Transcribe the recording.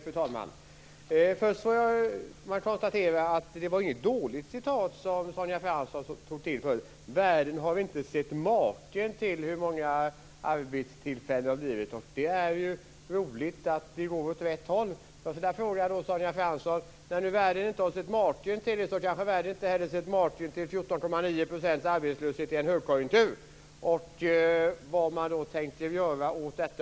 Fru talman! Först får jag konstatera att det inte var några dåliga ord som Sonja Fransson tog till förut: Världen har inte sett maken till hur många arbetstillfällen det har blivit. Det är ju roligt att det går åt rätt håll. Men jag skulle vilja fråga Sonja Fransson: Om nu världen inte har sett maken till detta så kanske världen inte heller har sett maken till 14,9 % arbetslöshet i en högkonjunktur? Vad tänker man göra åt detta?